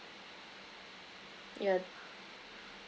yeah